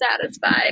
satisfied